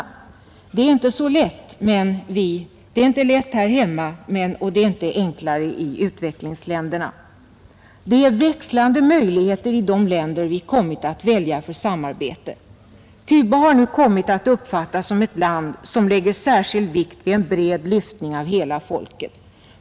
Sådana ansträngningar är inte lätta här hemma, och det är inte enklare i utvecklingsländerna. Växlande möjligheter råder i de länder vi kommit att välja för samarbete. Cuba har nu kommit att uppfattas som ett land som lägger särskild vikt vid en bred lyftning av hela folket.